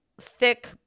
thick